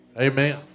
Amen